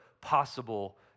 possible